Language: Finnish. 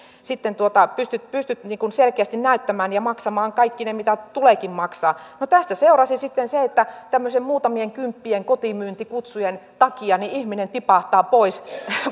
sitten pystyt pystyt selkeästi näyttämään ja maksamaan kaikki ne mitä tuleekin maksaa no tästä seurasi sitten se että tämmöisten muutamien kymppien kotimyyntikutsujen takia ihminen tipahtaa pois